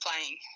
playing